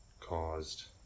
caused